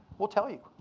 we'll tell you.